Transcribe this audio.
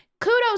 Kudos